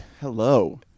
Hello